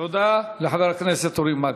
תודה לחבר הכנסת אורי מקלב.